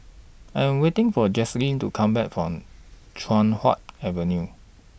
I Am waiting For Jaslene to Come Back from Chuan Hoe Avenue